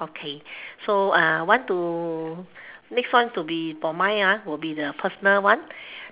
okay so uh want to next one to be for mine ah will be the personal one